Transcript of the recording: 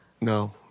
No